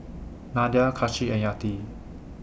Nadia Kasih and Yati